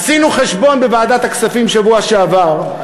עשינו חשבון בוועדת הכספים בשבוע שעבר,